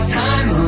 time